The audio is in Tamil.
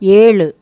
ஏழு